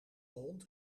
hond